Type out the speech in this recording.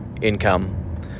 income